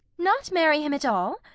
not marry him at all?